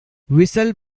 whistle